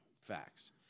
Facts